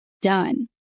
done